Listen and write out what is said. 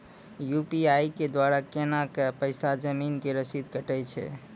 UPI के द्वारा केना कऽ पैसा जमीन के रसीद कटैय छै?